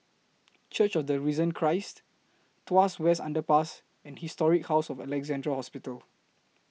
Church of The Risen Christ Tuas West Underpass and Historic House of Alexandra Hospital